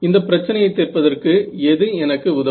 இந்தப் பிரச்சனையை தீர்ப்பதற்கு எது எனக்கு உதவும்